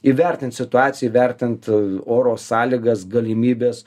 įvertint situaciją įvertinant oro sąlygas galimybes